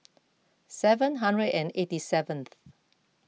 seven hundred and eighty seventh